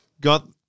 got